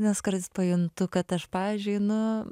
nes kartais pajuntu kad aš pavyzdžiui einu